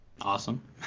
Awesome